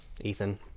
Ethan